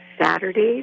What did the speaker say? Saturdays